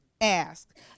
ask